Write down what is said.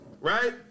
right